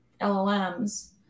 LLMs